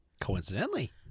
Coincidentally